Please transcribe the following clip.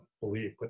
believe